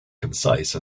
concise